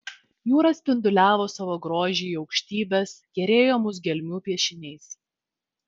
jūra spinduliavo savo grožį į aukštybes kerėjo mus gelmių piešiniais